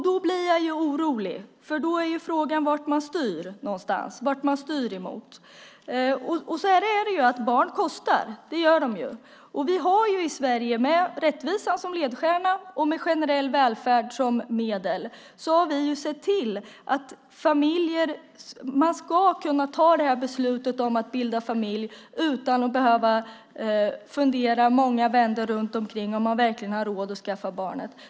Då blir jag orolig. Då är frågan vad man styr emot. Det är ju så att barn kostar. Det gör de ju. Vi i Sverige har, med rättvisan som ledstjärna och med en generell välfärd som medel, sett till att man ska kunna fatta beslutet om att bilda familj utan att behöva fundera många vändor om man verkligen har råd att skaffa barn.